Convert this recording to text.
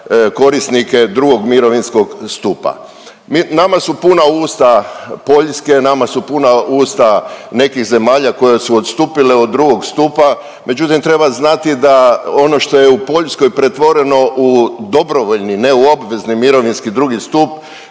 korisnike drugog mirovinskog stupa. Nama su puna usta Poljske, nama su puna usta nekih zemalja koje su odstupile od drugog stupa. Međutim, treba znati da ono što je u Poljskoj pretvoreno u dobrovoljni, ne u obvezni mirovinski drugi stup